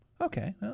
Okay